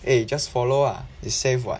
eh just follow ah it's safe [what]